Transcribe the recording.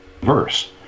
verse